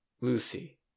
lucy